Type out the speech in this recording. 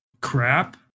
crap